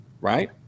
Right